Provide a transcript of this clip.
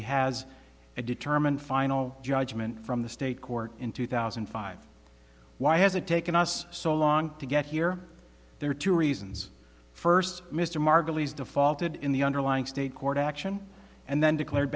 he has a determined final judgment from the state court in two thousand and five why has it taken us so long to get here there are two reasons first mr margulies defaulted in the underlying state court action and then declared